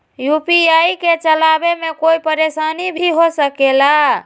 UPI के चलावे मे कोई परेशानी भी हो सकेला?